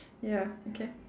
ya okay